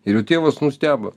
ir jų tėvas nustebo